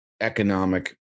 economic